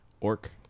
ORC